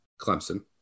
Clemson